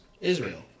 Israel